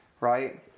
Right